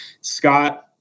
Scott